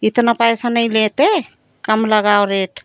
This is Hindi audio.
इतना पैसा नहीं लेते कम लगाओ रेट